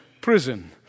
prison